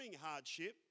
hardship